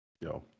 Yo